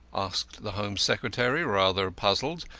asked the home secretary, rather puzzled,